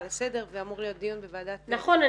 לסדר ואמור להיות דיון בוועדת הבריאות -- נכון,